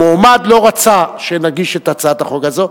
המועמד לא רצה שנגיש את הצעת החוק הזאת.